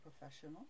professional